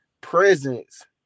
presence